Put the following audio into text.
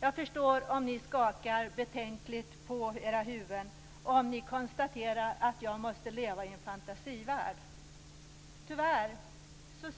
Jag förstår om ni skakar betänkligt på era huvuden och om ni konstaterar att jag måste leva i en fantasivärld. Tyvärr